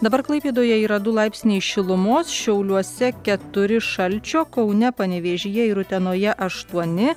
dabar klaipėdoje yra du laipsniai šilumos šiauliuose keturi šalčio kaune panevėžyje ir utenoje aštuoni